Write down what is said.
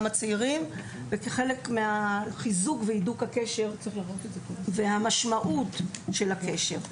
הצעירים וכחלק מחיזוק והידוק הקשר ומשמעות הקשר.